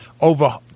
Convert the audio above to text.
over